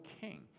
king